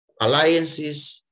alliances